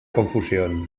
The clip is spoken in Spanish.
confusión